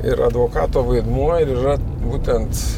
ir advokato vaidmuo ir yra būtent